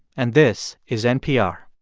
and this is npr